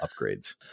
upgrades